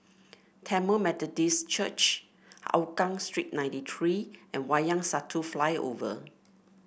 Tamil Methodist Church Hougang Street ninety three and Wayang Satu Flyover